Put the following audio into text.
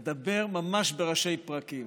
אני אדבר ממש בראשי פרקים.